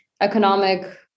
economic